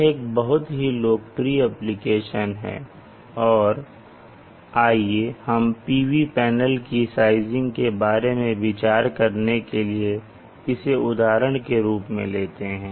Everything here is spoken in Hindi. यह एक बहुत ही लोकप्रिय एप्लिकेशन है और आइए हम PV पैनल की साइजिंग के बारे में विचार करने के लिए इसे उदाहरण के रूप में लेते हैं